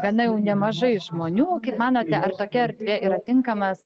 gana jau nemažai žmonių kaip manote ar tokia erdvė yra tinkamas